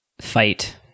fight